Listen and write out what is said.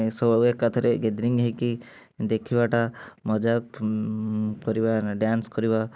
ଏସବୁ ଏକାଥରେ ଗ୍ୟାଦରିଂ ହେଇକି ଦେଖିବାଟା ମଜାକ୍ କରିବା ଡ୍ୟାନ୍ସ କରିବା